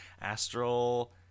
astral